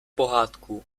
pohádku